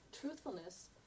truthfulness